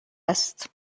است